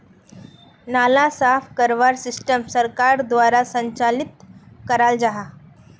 नाला साफ करवार सिस्टम सरकार द्वारा संचालित कराल जहा?